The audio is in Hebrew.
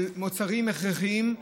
של מוצרים הכרחיים,